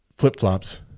Flip-flops